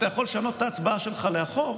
אתה יכול לשנות את ההצבעה שלך לאחור.